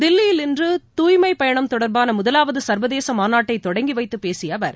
தில்லியில் அவர் இன்று தூய்மைப் பயணம் தொடர்பான முதலாவது சர்வதேச மாநாட்டை தொடங்கி வைத்துப் பேசிய அவர்